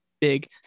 big